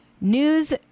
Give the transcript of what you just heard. news